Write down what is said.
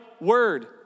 word